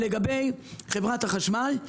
לגבי חברת החשמל,